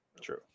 True